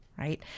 Right